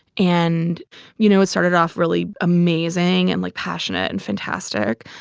and you know it started off really amazing and like passionate and fantastic.